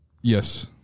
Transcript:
Yes